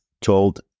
told